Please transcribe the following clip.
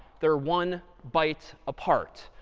they're one byte apart.